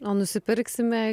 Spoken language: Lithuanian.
o nusipirksime